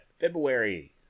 February